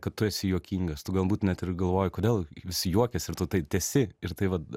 kad tu esi juokingas tu galbūt net ir galvoji kodėl jis juokiasi ir tu tai tęsi ir tai vat